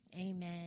Amen